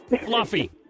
Fluffy